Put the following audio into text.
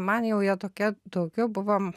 man jau jie tokie daugiau buvom